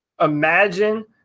imagine